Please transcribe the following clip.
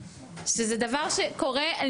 שזה דבר שקורה,